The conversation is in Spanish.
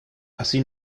así